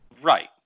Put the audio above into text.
Right